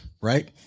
right